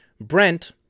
Brent